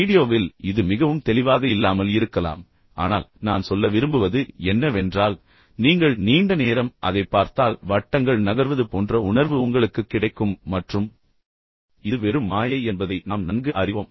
வீடியோவில் இது மிகவும் தெளிவாக இல்லாமல் இருக்கலாம் ஆனால் நான் சொல்ல விரும்புவது என்னவென்றால் நீங்கள் நீண்ட நேரம் அதைப் பார்த்தால் வட்டங்கள் நகர்வது போன்ற உணர்வு உங்களுக்குக் கிடைக்கும் மற்றும் இது வெறும் மாயை என்பதை நாம் நன்கு அறிவோம்